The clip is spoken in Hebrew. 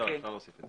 אפשר להוסיף את זה.